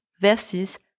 versus